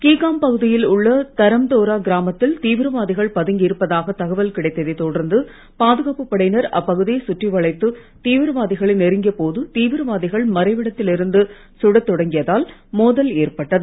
கீகாம் பகுதியில் உள்ள தரம்தோரா கிராமத்தில் தீவிரவாதிகள் பதுங்கி இருப்பதாக தகவல் கிடைத்ததை தொடர்ந்து பாதுகாப்பு படையினர் அப்பகுதியை சுற்றி வளைத்து தீவிரவாதிகளை நெருங்கிய போது தீவிரவாதிகள் மறைவிடத்தில் இருந்து சுடத் தொடங்கியதால் மோதல் ஏற்பட்டது